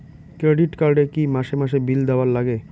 Credit card এ কি মাসে মাসে বিল দেওয়ার লাগে?